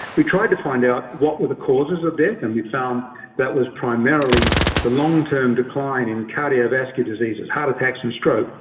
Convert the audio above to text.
we tried to find out what were the causes of death, and we found that was primarily the long-term decline in cardiovascular diseases, heart attacks and stroke.